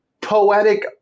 poetic